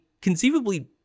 conceivably